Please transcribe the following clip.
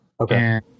Okay